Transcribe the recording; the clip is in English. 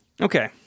okay